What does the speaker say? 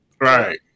Right